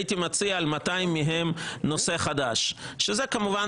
הייתי מציע על 200 מהן נושא חדש כאשר כמובן